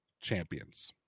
champions